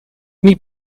niet